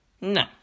No